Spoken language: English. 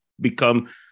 become